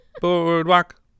boardwalk